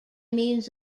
means